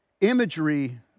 imagery